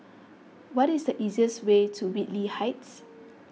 what is the easiest way to Whitley Heights